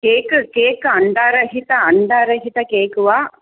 cake cake अण्डारहितम् अण्डारहितं cake वा